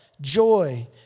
joy